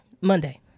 Monday